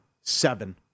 Seven